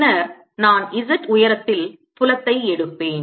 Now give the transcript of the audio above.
பின்னர் நான் z உயரத்தில் புலத்தை எடுப்பேன்